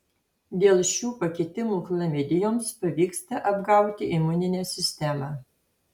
dėl šių pakitimų chlamidijoms pavyksta apgauti imuninę sistemą